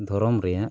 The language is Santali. ᱫᱷᱚᱨᱚᱢ ᱨᱮᱭᱟᱜ